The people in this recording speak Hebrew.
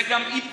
זה גם איפור,